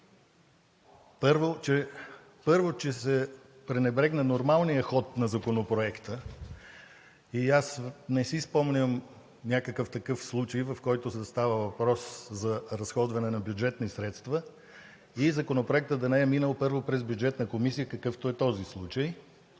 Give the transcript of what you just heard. Първо, че се пренебрегна нормалния ход на законопроекта. Аз не си спомням някакъв такъв случай, в който да става въпрос за разходване на бюджетни средства, законопроектът да не е минал първо през Бюджетната комисия, какъвто е този случай,